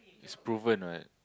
is proven what